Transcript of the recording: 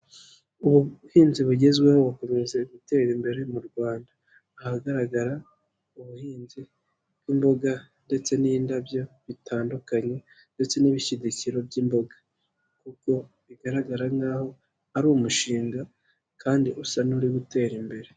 Ubuhinzi bugezweho bukomeza gutera imbere mu Rwanda, ahagaragara ubuhinzi bw'imboga ndetse n'indabyo bitandukanye ndetse n'ibishyigikiro by'imboga kuko bigaragara nk'aho ari umushinga kandi usa n'uri gutera imbere.